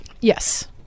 yes